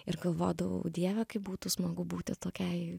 ir galvodavau dieve kaip būtų smagu būti tokiai